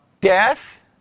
Death